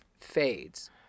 fades